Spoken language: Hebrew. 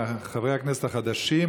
חברי הכנסת החדשים,